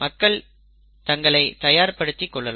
மக்கள் தங்களை தயார் படுத்திக் கொள்ளலாம்